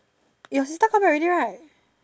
eh your sister come back already right